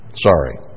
Sorry